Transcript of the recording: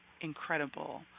incredible